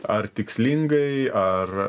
ar tikslingai ar